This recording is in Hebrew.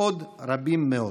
עוד רבים מאוד.